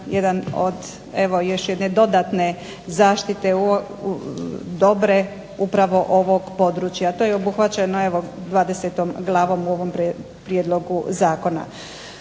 jedan od još jedne dodatne zaštite dobro upravo ovog područja. To je obuhvaćeno 20. Glavom u ovom prijedlogu zakona.